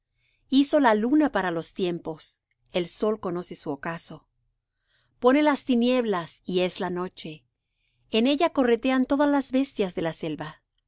hizo la luna para los tiempos el sol conoce su ocaso pone las tinieblas y es la noche en ella corretean todas las bestias de la selva